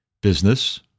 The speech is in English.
business